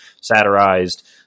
satirized